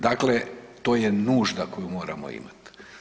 Dakle to je nužda koju moramo imati.